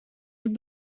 het